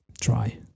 Try